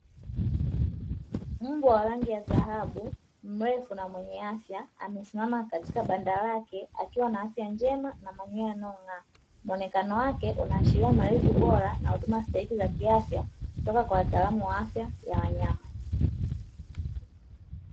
Mbwa wa rangi ya dhahabu, mrefu na mwenye afya amesimama katika banda lake akiwa na afya njema na manyoya yanayong'aa, mwonekano wake unaashiria malezi bora na huduma stahiki za kiafya, kutoka kwa wataalamu wa afya ya wanyama.